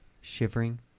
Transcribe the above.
shivering